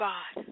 God